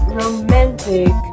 romantic